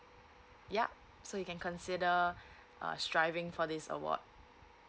yup so he can consider uh striving for this award